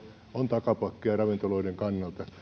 on takapakkia ravintoloiden kannalta